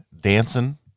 dancing